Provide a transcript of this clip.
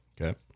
Okay